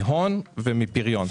מהון ומפריון.